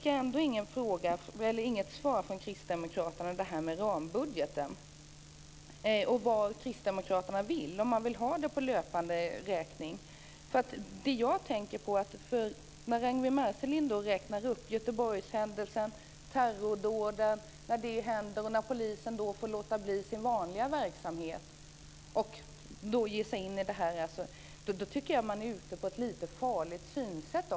Jag fick inget svar från kristdemokraterna om frågan om vad man vill med rambudgeten. Vill kristdemokraterna ha den på löpande räkning? Ragnwi Marcelind räknar upp när polisen får låta bli sin vanliga verksamhet på grund av t.ex. Göteborgshändelsen och terrordåden. Då har man ett farligt synsätt.